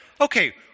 okay